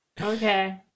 Okay